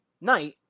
night